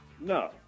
No